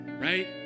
right